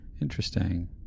Interesting